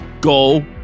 go